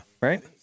Right